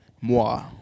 moi